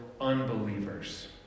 unbelievers